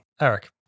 Eric